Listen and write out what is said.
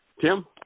Tim